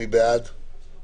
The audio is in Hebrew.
מי בעד ההסתייגות?